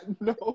No